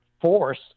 force